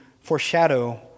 foreshadow